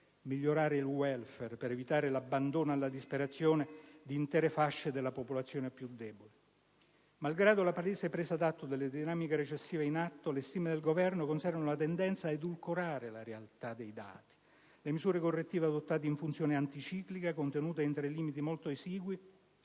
migliorare il *welfare* per evitare l'abbandono alla disperazione di intere fasce della popolazione più debole. Malgrado la palese presa d'atto delle dinamiche recessive in atto, le stime del Governo conservano la tendenza ad edulcorare la realtà dei dati: le misure correttive adottate in funzione anticiclica, contenute entro limiti molto esigui,